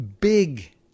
Big